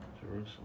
Jerusalem